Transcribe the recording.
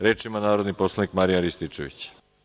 Reč ima narodni poslanik Marijan Rističević.